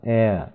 air